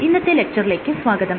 ഇന്നത്തെ ലെക്ച്ചറിലേക്ക് സ്വാഗതം